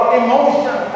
emotion